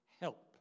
help